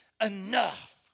enough